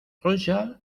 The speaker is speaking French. royale